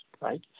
right